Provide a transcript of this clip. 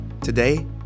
Today